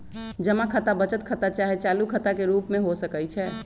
जमा खता बचत खता चाहे चालू खता के रूप में हो सकइ छै